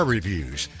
Reviews